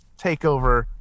takeover